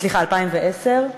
סליחה, 2010,